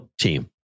team